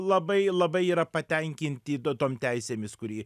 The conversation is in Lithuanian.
labai labai yra patenkinti duotom teisėmis kurie